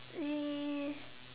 uh